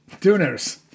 Tuners